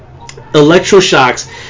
electroshocks